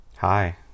Hi